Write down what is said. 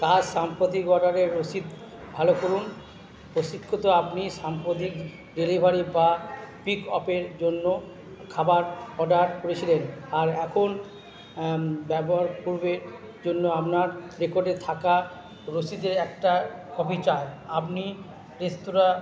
কার সাম্প্রতিক অর্ডারের রসিদ ভালো করুন প্রশিক্ষিত আপনি সাম্প্রতিক ডেলিভারি বা পিক আপের জন্য খাবার অর্ডার করেছিলেন আর এখন ব্যবহার করবে জন্য আপনার রেকর্ডে থাকা রসিদে একটা কপি চায় আপনি রেস্তোরাঁ